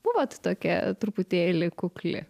buvot tokia truputėlį kukli